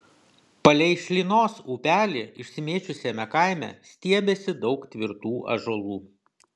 palei šlynos upelį išsimėčiusiame kaime stiebėsi daug tvirtų ąžuolų